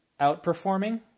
outperforming